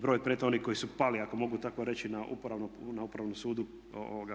broj predmeta onih koji su pali ako mogu tako reći na Upravnom sudu